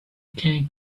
can